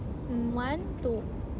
mm one two